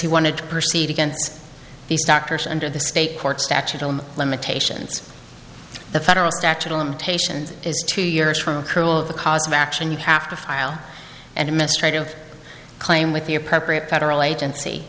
he wanted to proceed against these doctors under the state courts statute of limitations the federal statute of limitations is two years from a kernel of the cause of action you have to file and administrate of a claim with the appropriate federal agency